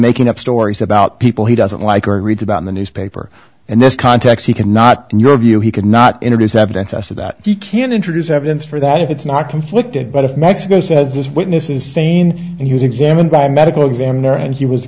making up stories about people he doesn't like or read about in the newspaper and this context he cannot in your view he could not introduce evidence as to that he can introduce evidence for that if it's not conflicted but if mexico says this witness is sane and he was examined by a medical examiner and he was